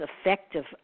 effective